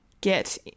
get